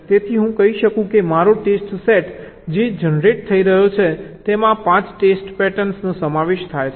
તેથી હું કહી શકું છું કે મારો ટેસ્ટ સેટ જે જનરેટ થઈ રહ્યો છે તેમાં આ 5 ટેસ્ટ પેટર્નનો સમાવેશ થાય છે